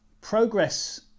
progress